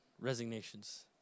resignations